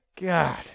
God